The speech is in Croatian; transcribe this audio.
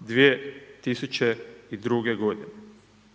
2002.g.